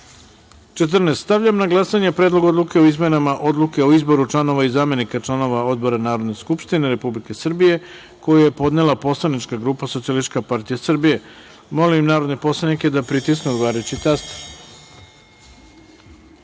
reda. Stavljam na glasanje Predlog odluke o izmenama Odluke o izboru članova i zamenika članova odbora Narodne skupštine Republike Srbije, koji je podnela poslanička grupa SPAS, u celini. Molim narodne poslanike da pritisnu odgovarajući